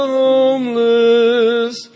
homeless